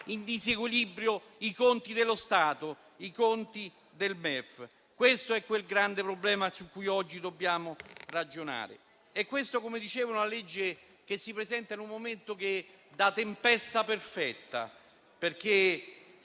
in disequilibrio i conti dello Stato e i conti del MEF. Questo è il grande problema su cui oggi dobbiamo ragionare. Come dicevo, questa legge si presenta in un momento da tempesta perfetta. Non